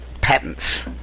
patents